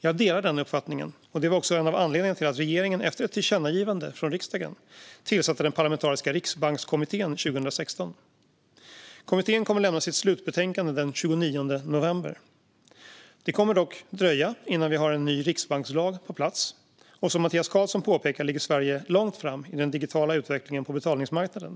Jag delar den uppfattningen, och det var också en av anledningarna till att regeringen, efter ett tillkännagivande från riksdagen, tillsatte den parlamentariska Riksbankskommittén 2016. Kommittén kommer att lämna sitt slutbetänkande den 29 november. Det kommer dock att dröja innan vi har en ny riksbankslag på plats, och som Mattias Karlsson påpekar ligger Sverige långt fram i den digitala utvecklingen på betalningsmarknaden.